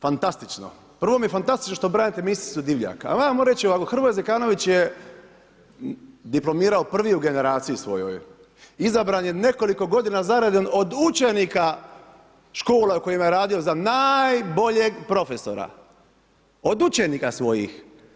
Fantastično, prvo mi je fantastično što branite ministricu Divjak, ali ajmo reći ovako, Hrvoje Zekanović je diplomirao prvi u generaciji svojoj, izabran je nekoliko godina za redom od učenika škole u kojem je radio za najboljeg profesora, od učenika svojih.